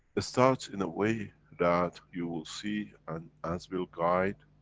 it starts in a way that, you will see and as we'll guide,